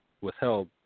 withheld